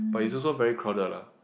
but is also very crowded lah